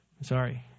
Sorry